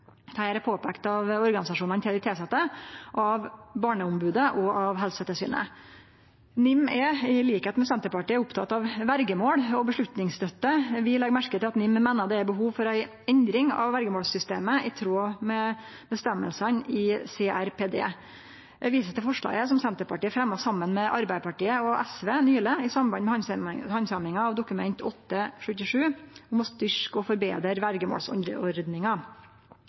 er påpeikt av organisasjonane til dei tilsette, av Barneombodet og av Helsetilsynet. NIM er, som Senterpartiet, oppteken av verjemål og vedtaksstøtte. Vi legg merke til at NIM meiner det er behov for ei endring av verjemålsystemet i tråd med føresegnene i CRPD. Eg viser til forslaget som Senterpartiet nyleg fremja saman med Arbeidarpartiet og SV i samband med handsaminga av Dokument 8:77 S for 2020–2021, om å styrkje og forbetre